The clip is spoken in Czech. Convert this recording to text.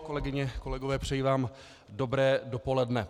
Kolegyně, kolegové, přeji vám dobré dopoledne.